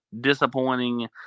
disappointing